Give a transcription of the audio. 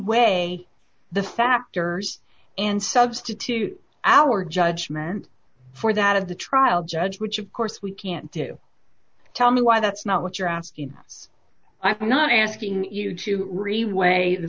weigh the factors and substitute our judgment for that of the trial judge which of course we can't do tell me why that's not what you're asking i'm not asking you to re